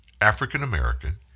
African-American